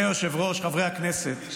אדוני היושב-ראש, חברי הכנסת,